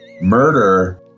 murder